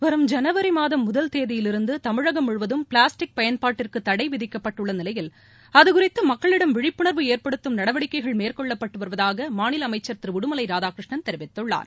வரும் ஜனவரி மாதம் முதல் தேதியிலிருந்து தமிழகம் முழுவதும் பிளாஸ்டிக் பயன்பாட்டிற்கு தடை விதிக்கப்பட்டுள்ள நிலையில் அதுகுறித்து மக்களிடம் விழிப்புணர்வு ஏற்படுத்தும் நடவடிக்கைகள் மேற்கொள்ளப்பட்டு வருவதாக மாநில அமைச்சர் திரு உடுமலை ராதாகிருஷ்ணன் தெரிவித்துள்ளார்